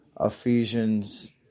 Ephesians